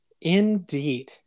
indeed